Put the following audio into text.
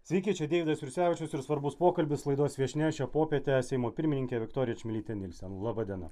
sveiki čia deividas jursevičius ir svarbus pokalbis laidos viešnia šią popietę seimo pirmininkė viktorija čmilytė nilsen laba diena